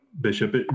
Bishop